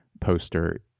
poster